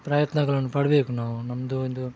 ಪ್ರಯತ್ನಗಳನ್ನು ಪಡಬೇಕು ನಾವು ನಮ್ಮದು ಒಂದು